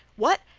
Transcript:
what?